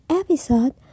episode